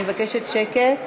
אני מבקשת שקט.